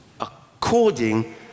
according